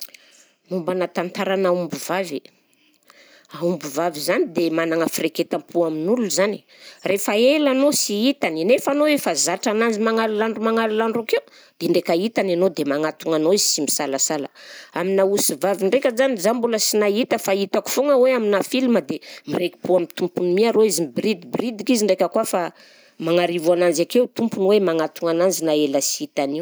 Mombanà tantaranà ombivavy, aombivavy izany de managna firaiketam-po amin'olona izany, rehefa ela anao sy hitany nefa anao efa zatra ananjy magnal'andro magnal'andro akeo dia ndraika hitany anao dia manatogna anao izy sy misalasala, aminà osivavy ndraika zany za mbola sy nahita fa hitako foagna hoe aminà filma de miraiki-po amin'ny tompony mi arô izy, miboridiboridika izy ndraika koa fa magnarivo ananjy akeo tompony hoe magnatogna ananjy na ela sy hitany eo.